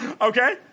Okay